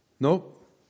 Nope